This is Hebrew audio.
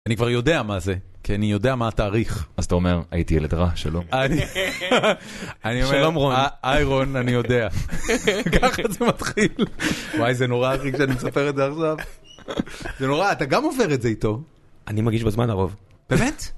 אני כבר יודע מה זה, כי אני יודע מה התאריך. אז אתה אומר, הייתי ילד רע, שלום. שלום רון. הי רון, אני יודע. ככה זה מתחיל. וואי, זה נורא, אחי, כשאני מספר את זה עכשיו. זה נורא, אתה גם עובר את זה איתו. אני מגיש בזמן הרוב. באמת?